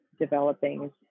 developing